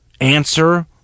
answer